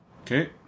Okay